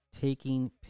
taking